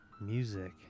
music